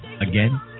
Again